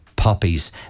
poppies